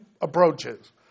approaches